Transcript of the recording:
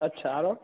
अच्छा आरो